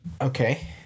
Okay